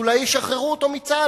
אז אולי ישחררו אותו מצה"ל,